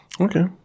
Okay